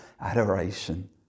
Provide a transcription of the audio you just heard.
adoration